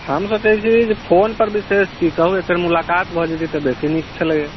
हम सोचै छी जे फोनपर विशेष कि कहु एकबेर मुलाकात भऽ जाइतै तऽ बेसी नीक छलैए